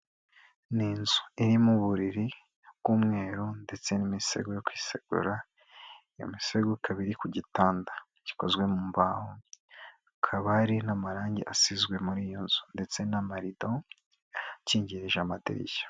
Ni inzu irimo uburiri bw'umweru ndetse n'imisego yo kwisegura, iyo misego ikaba iri ku gitanda gikozwe mu mbaho hakaba hari n'amarangi asizwe muri iyo nzu ndetse n'amarido akingirije amadirishya.